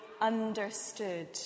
understood